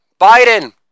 Biden